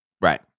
right